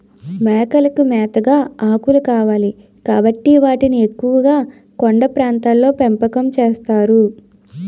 మేకలకి మేతగా ఆకులు కావాలి కాబట్టి వాటిని ఎక్కువుగా కొండ ప్రాంతాల్లో పెంపకం చేస్తారు